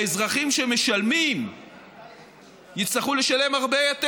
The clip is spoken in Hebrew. האזרחים שמשלמים יצטרכו לשלם הרבה יותר.